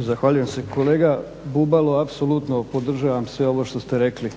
Zahvaljujem se. Kolega Bubalo, apsolutno podržavam sve ovo što ste rekli.